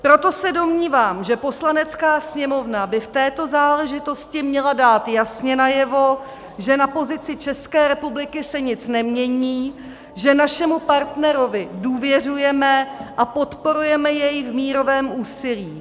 Proto se domnívám, že Poslanecká sněmovna by v této záležitosti měla dát jasně najevo, že na pozici České republiky se nic nemění, že našemu partnerovi důvěřujeme a podporujeme jej v mírovém úsilí.